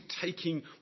taking